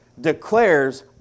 declares